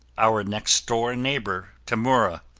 our next door neighbor, tamura,